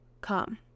come